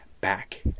back